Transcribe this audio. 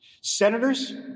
Senators